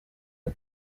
ari